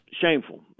shameful